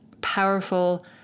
powerful